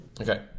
Okay